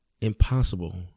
Impossible